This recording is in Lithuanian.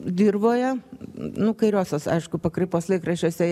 dirvoje nu kairiosios aišku pakraipos laikraščiuose